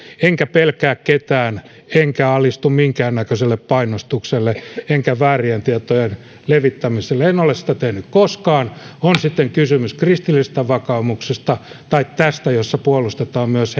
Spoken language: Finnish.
enkä pelkää ketään enkä alistu minkään näköiselle painostukselle enkä väärien tietojen levittämiselle en ole sitä tehnyt koskaan on sitten kysymys kristillisestä vakaumuksesta tai tästä jossa puolustetaan myös